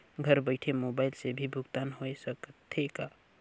घर बइठे मोबाईल से भी भुगतान होय सकथे का?